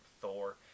Thor